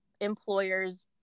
employers